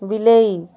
ବିଲେଇ